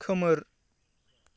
खोमोर